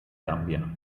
gambia